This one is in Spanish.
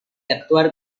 actuar